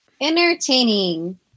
Entertaining